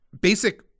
basic